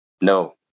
No